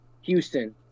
houston